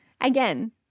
Again